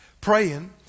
praying